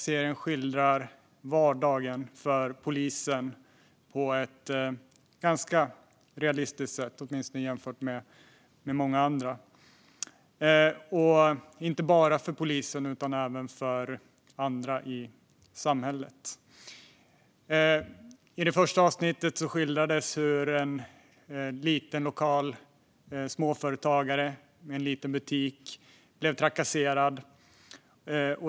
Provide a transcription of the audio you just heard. Serien skildrar vardagen för polisen på ett ganska realistiskt sätt, åtminstone jämfört med många andra, och inte bara för polisen utan även för andra i samhället. I det första avsnittet skildrades hur en lokal småföretagare med en liten butik blev trakasserad.